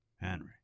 Henry